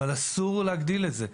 אבל אסור להגדיל את זה,